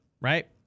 right